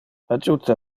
adjuta